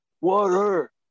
water